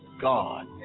God